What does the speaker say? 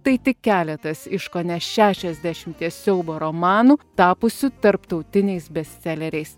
tai tik keletas iš kone šešiasdešimties siaubo romanų tapusių tarptautiniais bestseleriais